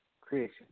creation